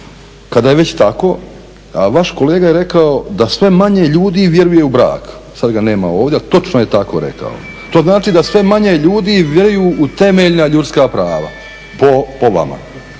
kada je već tako a vaš kolega je rekao da sve manje ljudi vjeruje u brak, sada ga nema ovdje, ali točno je tako rekao, to znači da sve manje ljudi vjeruju u temeljna ljudska prava po vama.